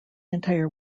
entire